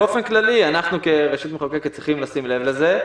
באופן כללי אנחנו כרשות מחוקקת צריכים לשים לב לזה.